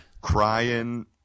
Crying